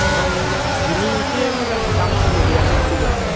आमफ्राय बिनि एसे मोजां दामसिननि गैया नामा सेगाया